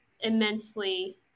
immensely